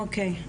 אוקיי,